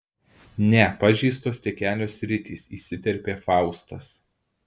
ne pažeistos tik kelios sritys įsiterpė faustas